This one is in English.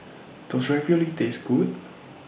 Does Ravioli Taste Good